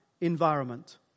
environment